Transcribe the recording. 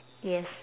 yes